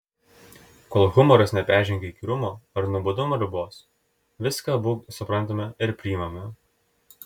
kol humoras neperžengia įkyrumo ar nuobodumo ribos viską abu suprantame ir priimame